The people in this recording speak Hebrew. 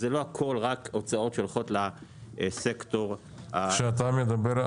לא הכול זה רק הוצאות שהולכות לסקטור ה --- כשאתה מדבר,